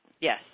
Yes